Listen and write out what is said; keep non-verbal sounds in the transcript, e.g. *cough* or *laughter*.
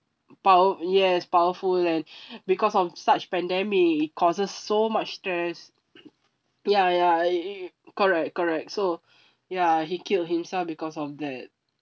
power yes powerful and *breath* because of such pandemic it causes so much stress ya ya it it correct correct so *breath* ya he kill himself because of that